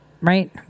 Right